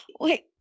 Wait